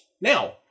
Now